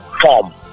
form